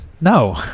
No